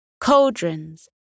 cauldrons